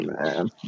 man